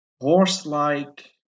horse-like